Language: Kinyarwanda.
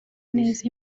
neza